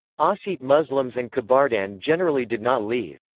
ossete muslims and kabardins generally did not leave.